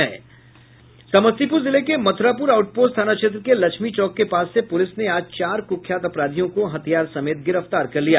समस्तीपूर जिले के Mathurapur out post थाना क्षेत्र के लक्ष्मी चौक के पास से पुलिस ने आज चार कुख्यात अपराधियों को हथियार समेत गिरफ्तार कर लिया